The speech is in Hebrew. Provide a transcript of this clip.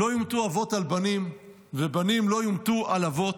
"לא יוּמְתוּ אבות על בנים ובנים לא יומתו על אבות,